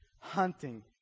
Hunting